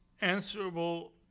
answerable